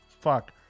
fuck